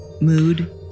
mood